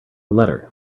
letter